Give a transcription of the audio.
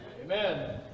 Amen